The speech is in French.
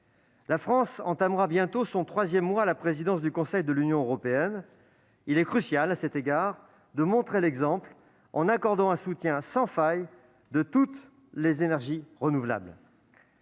La France entamera bientôt son troisième mois à la présidence du Conseil de l'Union européenne, et il est crucial de montrer l'exemple à cet égard en accordant un soutien sans faille à toutes les énergies renouvelables.